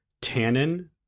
Tannin